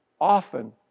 often